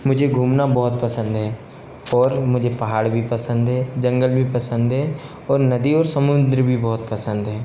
मुझे घूमना बहुत पसंद है और मुझे पहाड़ भी पसंद है जंगल भी पसंद है और नदी और समुद्र भी बहुत पसंद है